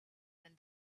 when